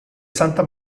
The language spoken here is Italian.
santa